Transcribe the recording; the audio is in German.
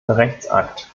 rechtsakt